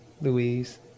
Louise